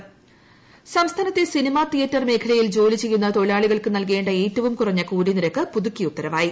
കൂലി നിരക്ക് സംസ്ഥാനത്തെ സിനിമ തിയേറ്റർ മേഖലയിൽ ജോലി ചെയ്യുന്ന തൊഴിലാളികൾക്ക് നൽകേണ്ട ഏറ്റവും കുറഞ്ഞ കൂലി നിരക്ക് പുതുക്കി ഉത്തരവായി